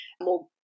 more